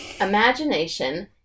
imagination